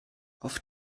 auf